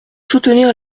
soutenir